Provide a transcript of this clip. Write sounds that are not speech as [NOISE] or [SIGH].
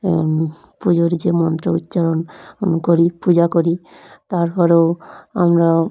পুজোর যে মন্ত্র উচ্চারণ [UNINTELLIGIBLE] করি পূজা করি তারপরেও আমরা